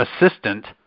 assistant